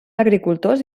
agricultors